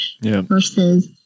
versus